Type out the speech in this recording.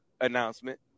announcement